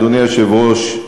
אדוני היושב-ראש,